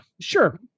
sure